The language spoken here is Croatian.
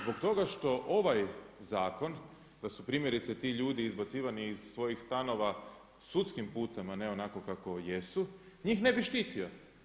Zbog toga što ovaj zakon da su primjerice ti ljudi izbacivani iz svojih stanova sudskim putem a ne onako kako jesu njih ne bi štitio.